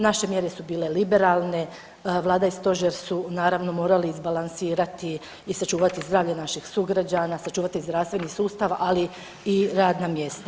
Naše mjere su bile liberalne, Vlada i Stožer su, naravno, morale izbalansirati i sačuvati zdravlje naših sugrađana, sačuvati zdravstveni sustav, ali i radna mjesta.